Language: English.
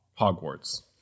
Hogwarts